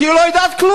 כי היא לא יודעת כלום.